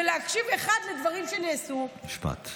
ולהקשיב לדברים שנעשו, משפט.